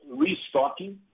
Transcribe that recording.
restocking